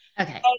Okay